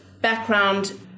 background